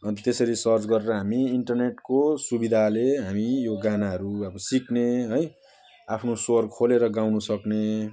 अन्त त्यसरी सर्च गरेर हामी इन्टरनेटको सुविधाले हामी यो गानाहरू अब सिक्ने है आफ्नो स्वर खोलेर गाउनसक्ने